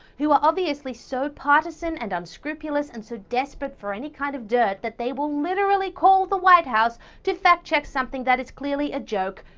who are obviously so partisan, and unscrupulous, and so desperate for any kind of dirt, that they will literally call the white house to fact check something that is clearly a joke,